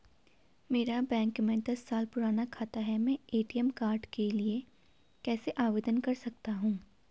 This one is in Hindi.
मेरा बैंक में दस साल पुराना खाता है मैं ए.टी.एम कार्ड के लिए कैसे आवेदन कर सकता हूँ?